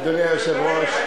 אדוני היושב-ראש,